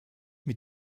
mit